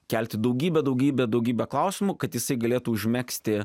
kelti daugybę daugybę daugybę klausimų kad jisai galėtų užmegzti